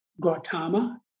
Gautama